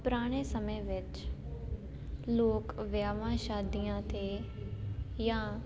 ਪੁਰਾਣੇ ਸਮੇਂ ਵਿੱਚ ਲੋਕ ਵਿਆਹਾਂ ਸ਼ਾਦੀਆਂ 'ਤੇ ਜਾਂ